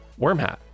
Wormhat